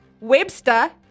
Webster